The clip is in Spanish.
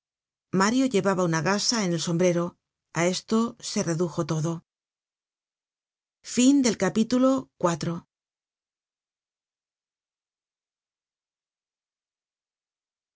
mario llevaba una gasa en el sombrero a esto se redujo todo